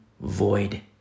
void